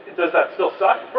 does that still suck for